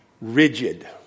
rigid